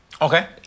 Okay